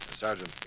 Sergeant